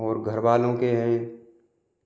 और घर वालों के है